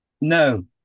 No